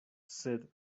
sed